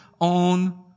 own